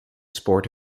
sport